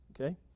Okay